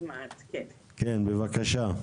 כן בבקשה.